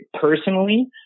personally